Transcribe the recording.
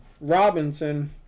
Robinson